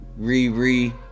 Riri